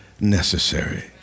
necessary